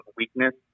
weakness